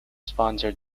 sponsored